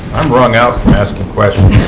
um wrung out from asking questions.